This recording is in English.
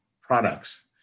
products